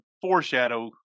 foreshadow